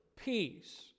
peace